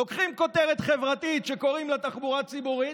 לוקחים כותרת חברתית שקוראים לה "תחבורה ציבורית",